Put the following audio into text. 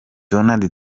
donald